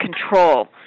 control